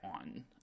on